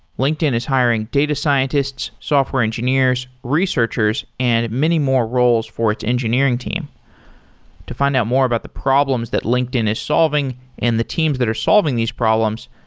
linkedin is hiring data scientists, software engineers, researchers and many more roles for its engineering team to find out more about the problems that linkedin is solving and the teams that are solving these problems,